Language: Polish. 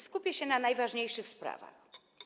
Skupię się na najważniejszych sprawach.